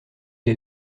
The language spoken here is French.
est